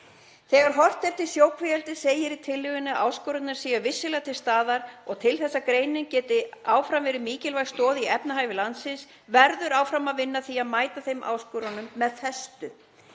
Þegar horft er til sjókvíaeldis segir í tillögunni að áskoranirnar séu vissulega til staðar og til þess að greinin geti áfram verið mikilvæg stoð í efnahag landsins verði áfram að vinna að því að mæta þeim áskorunum með festu.